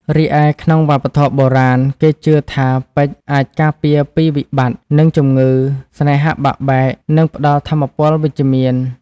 រីឯក្នុងវប្បធម៌បុរាណ គេជឿថាពេជ្រអាចការពារពីវិបត្តិ និងជម្ងឺ ស្នេហាបាក់បែក និងផ្តល់ថាមពលវិជ្ជមាន។